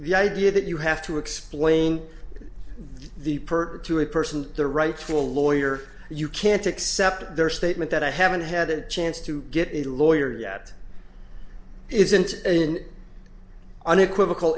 the idea that you have to explain the perk to a person the right to a lawyer you can't accept their statement that i haven't had a chance to get a lawyer yet isn't unequivocal